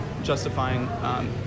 Justifying